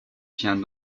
tiens